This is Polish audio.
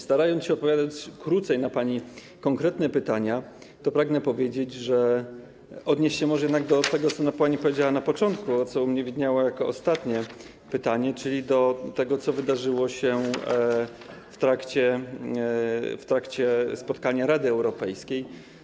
Starając się odpowiadać krócej na pani konkretne pytania, pragnę powiedzieć, odnieść się może jednak do tego, co pani powiedziała na początku, a co u mnie widniało jako ostatnie pytanie, czyli do tego, co wydarzyło się w trakcie spotkania Rady Europejskiej.